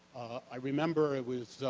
i remember it was